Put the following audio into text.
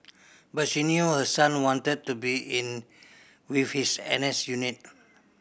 but she knew her son wanted to be with his N S unit